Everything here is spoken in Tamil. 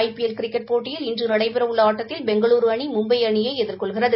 ஐ பி எல் கிரிக்கெட் போட்டியில் இன்று நடைபெறவுள்ள ஆட்டத்தில் பெங்களூரு அணி மும்பை அணியை எதிர்னெள்கிறது